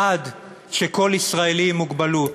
עד שכל ישראלי עם מוגבלות